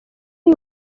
uyu